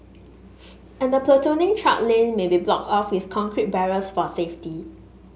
and the platooning truck lane may be blocked off with concrete barriers for safety